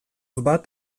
bat